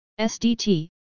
SDT